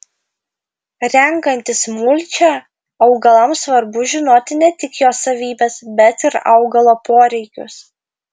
renkantis mulčią augalams svarbu žinoti ne tik jo savybes bet ir augalo poreikius